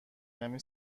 کمی